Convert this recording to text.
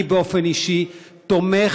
אני באופן אישי תומך